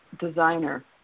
designer